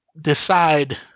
decide